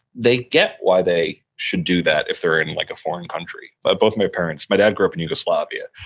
they get why they should do that if they're in like a foreign country but both my parents, my dad grew up in yugoslavia,